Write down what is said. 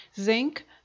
zinc